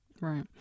Right